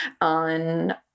on